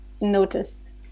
noticed